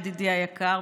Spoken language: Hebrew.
ידידי היקר,